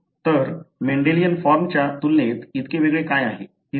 तर मेंडेलियन फॉर्मच्या तुलनेत इतके वेगळे काय आहे